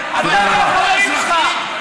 אתה והחברים שלך.